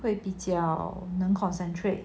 会比较能 concentrate